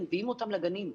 לגנים.